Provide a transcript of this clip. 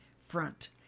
front